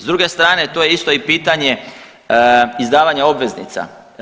S druge strane to je isto i pitanje izdavanja obveznica.